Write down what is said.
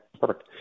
Perfect